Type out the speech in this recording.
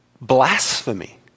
blasphemy